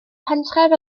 pentref